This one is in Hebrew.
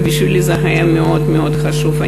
ובשבילי זה היה מאוד מאוד חשוב.